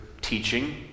teaching